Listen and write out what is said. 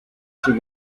she